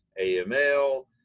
aml